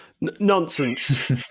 Nonsense